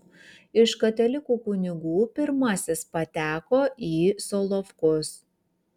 iš katalikų kunigų pirmasis pateko į solovkus